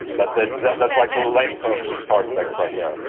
that's it. that's like the length of the guitar specs right there i